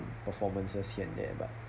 performances here and there but